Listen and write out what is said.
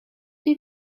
did